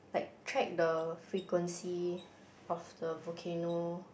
like track the frequency of the volcano